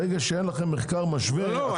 ברגע שאין לכם מחקר משווה --- לא,